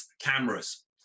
cameras